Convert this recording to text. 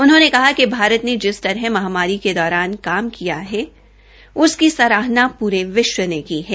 उन्होंने कहा कि भारत ने जिस तरह महामारी के दौरान काम किया है उसकी तारीफ पूरी दुनिया ने की है